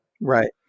Right